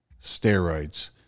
steroids